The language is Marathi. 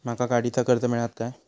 माका गाडीचा कर्ज मिळात काय?